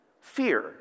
Fear